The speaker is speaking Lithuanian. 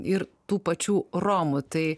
ir tų pačių romų tai